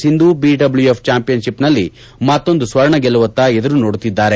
Sindhu B W F championship ನಲ್ಲಿ ಮತ್ತೊಂದು ಸ್ವರ್ಣ ಗೆಲ್ಲುವತ್ತ ಎದುರು ನೋಡುತ್ತಿದ್ದಾರೆ